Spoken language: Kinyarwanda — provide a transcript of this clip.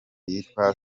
iyitwa